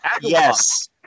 Yes